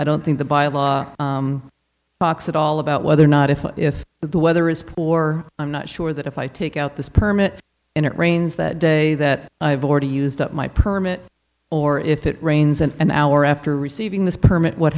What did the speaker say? i don't think the by a law box at all about whether or not if the weather is or i'm not sure that if i take out this permit and it rains that day that i have already used up my permit or if it rains and an hour after receiving this permit what